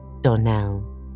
Donnell